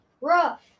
rough